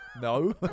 No